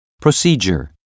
procedure